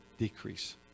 decrease